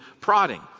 prodding